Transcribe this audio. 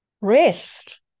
Rest